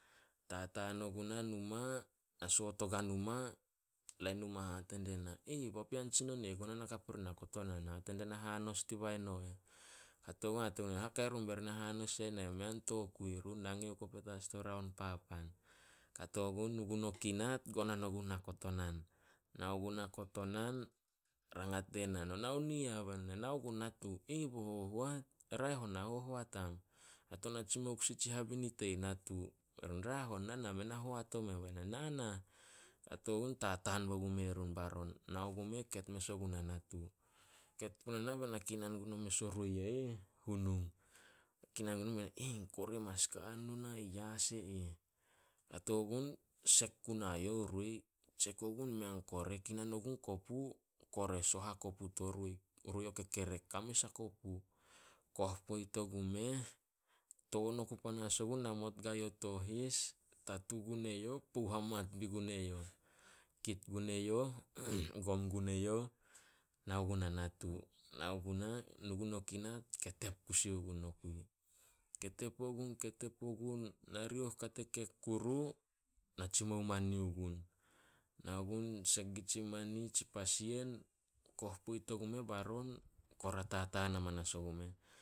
Tataan oguna numa, na soot oguai numa, lain numa hate die na, "Papean tsinon e ih gonan hakap ori nah kotonan hate dina hanos dibai no eh." "Hakai run bai run na hahanos ena eh. Mei a tokui run, nange oku petas dio raon papan." Kato gun gonan rangat die na, "No nao ni yah?" "Na nao gun natu." "Bo hohoat?" "E raeh on na hohoat am, na tou na tsimou kusi tsi habinit e ih natu." Be run, "Raeh on na nah men na hoat omen." Be na, "Na nah." Kato gun tataan bo gume run baron. Nao gumeh ket mes ogunah natu. Ket puna na ba na kinan guo mes o roi ih hunung. Kinan ogun be na, kore mas ka hanun ona ih yas e eh." Kato gun sek gunai youh roi. Tsek ogun mei an kore, kinan ogun kopu, kore soh a kopu to roi- roi o kekerek, ka mes a kopu. Koh poit ogu meh, toon oku panas ogun, namot guai youh to his, tatu gun eyouh pou hamat bi gun eyouh. Gom gun eyouh, nao guna natu. Nao gunah, nu gun o kinat, ketep kusi o gun nokui. Ketep ogun- ketep ogun, narioh kate kek kuru, na tsimou mani gun. Nao gun sek gun tsi mani, tsi pa sian, koh poit ogu meh baron, kora tataan amanas ogumeh.